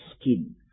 skin